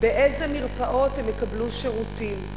באיזה מרפאות הם יקבלו שירותים?